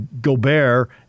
Gobert